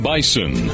Bison